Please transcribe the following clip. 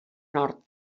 nord